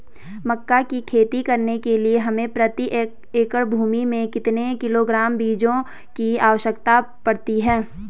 मक्का की खेती करने के लिए हमें प्रति एकड़ भूमि में कितने किलोग्राम बीजों की आवश्यकता पड़ती है?